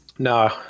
No